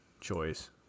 choice